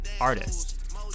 artist